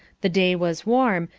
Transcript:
the day was warm,